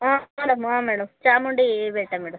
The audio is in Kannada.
ಹಾಂ ಮೇಡಮ್ ಹಾಂ ಮೇಡಮ್ ಚಾಮುಂಡಿ ಬೆಟ್ಟ ಮೇಡಮ್